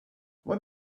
what